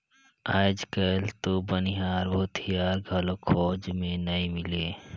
आयज कायल तो बनिहार, भूथियार घलो खोज मे नइ मिलें